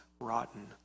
rotten